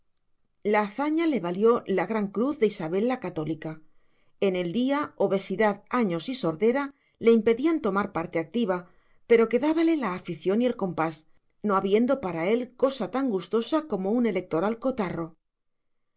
la hazaña le valió la gran cruz de isabel la católica en el día obesidad años y sordera le impedían tomar parte activa pero quedábale la afición y el compás no habiendo para él cosa tan gustosa como un electoral